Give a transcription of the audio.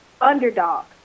underdog